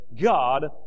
God